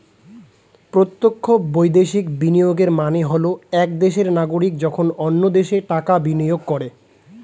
প্রত্যক্ষ বৈদেশিক বিনিয়োগের মানে হল এক দেশের নাগরিক যখন অন্য দেশে টাকা বিনিয়োগ করে